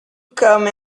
come